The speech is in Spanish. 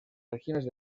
regiones